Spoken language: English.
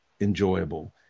enjoyable